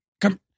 come